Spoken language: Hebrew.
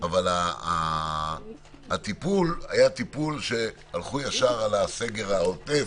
אבל הטיפול היה טיפול שהלכו ישר על הסגר העוטף,